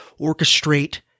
orchestrate